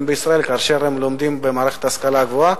בישראל כאשר הם לומדים במערכת ההשכלה הגבוהה.